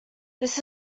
this